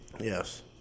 Yes